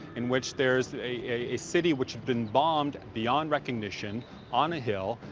in which there's a city which has been bombed beyond recognition on a hill.